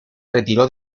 retiró